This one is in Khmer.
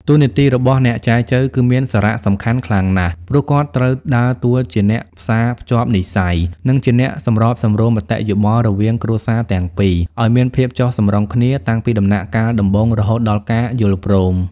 តួនាទីរបស់អ្នកចែចូវគឺមានសារៈសំខាន់ខ្លាំងណាស់ ព្រោះគាត់ត្រូវដើរតួជាអ្នកផ្សារភ្ជាប់និស្ស័យ និងជាអ្នកសម្របសម្រួលមតិយោបល់រវាងគ្រួសារទាំងពីរឱ្យមានភាពចុះសម្រុងគ្នា តាំងពីដំណាក់កាលដំបូងរហូតដល់ការយល់ព្រម។